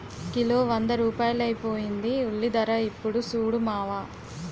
kilo వంద రూపాయలైపోయింది ఉల్లిధర యిప్పుడు సూడు మావా